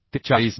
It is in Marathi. ते 40 मि